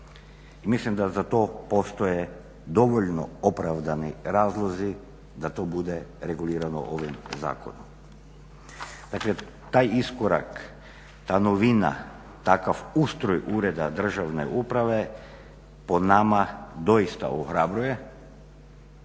Mislim da za to postoje dovoljno opravdani razlozi da to bude regulirano ovim zakonom. Dakle taj iskorak, ta novina, takav ustroj ureda državne uprave po nama doista ohrabruje,